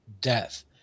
death